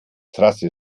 trasse